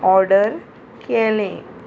order केलें